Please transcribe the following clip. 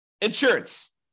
insurance